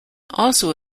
also